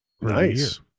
Nice